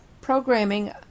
programming